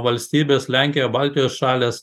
valstybės lenkija baltijos šalys